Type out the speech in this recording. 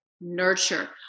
nurture